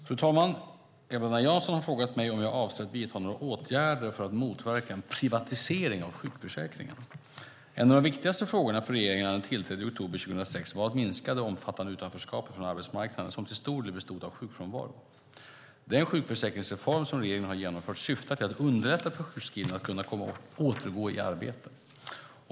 Fru talman! Eva-Lena Jansson har frågat mig om jag avser att vidta några åtgärder för att motverka en privatisering av sjukförsäkringen. En av de viktigaste frågorna för regeringen när den tillträdde i oktober 2006 var att minska det omfattande utanförskapet från arbetsmarknaden som till stor del bestod av sjukfrånvaro. Den sjukförsäkringsreform som regeringen har genomfört syftar till att underlätta för sjukskrivna att kunna återgå i arbete.